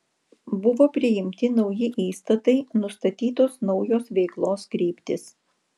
buvo priimti nauji įstatai nustatytos naujos veiklos kryptys